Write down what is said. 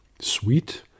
sweet